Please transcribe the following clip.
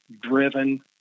driven